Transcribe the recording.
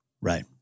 Right